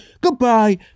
Goodbye